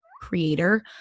creator